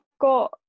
got